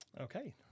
Okay